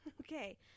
Okay